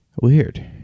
Weird